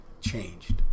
changed